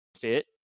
fit